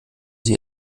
sie